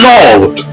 Lord